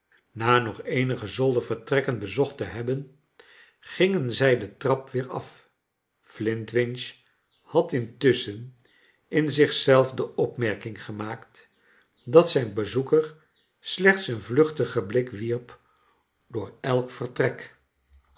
na nog eenige zoldervertrekken bezocht te hebben gingen zij de trap weer af flintwinch had intusschen in zich zelf de opmerking gemaakt dat zijn bezoeker slechts een vluchtigen blik wierp door elk vertrek